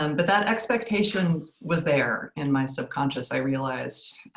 um but that expectation was there in my subconscious i realized.